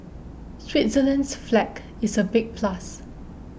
Switzerland's flag is a big plus